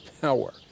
power